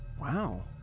Wow